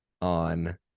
on